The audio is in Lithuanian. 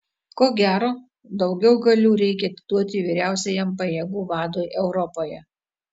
ko gero daugiau galių reikia atiduoti vyriausiajam pajėgų vadui europoje